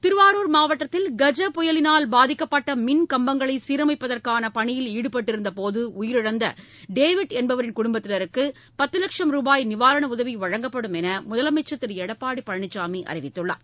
திருவாரூர் மாவட்டத்தில் கஜ புயலினால் பாதிக்கப்பட்டமின் கம்பங்களைசீரமைப்பதற்கானபணியில் ஈடுபட்டிருந்தபோதுஉயிரிழந்தடேவிட் என்பவரின் குடும்பத்தினருக்குபத்துலட்சம் ருபாய் நிவாரணஉதவிவழங்கப்படும் என்றுமுதலமைச்சர் திருஎடப்பாடிபழனிசாமிஅறிவித்துள்ளார்